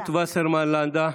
רות וסרמן לנדה,